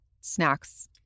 snacks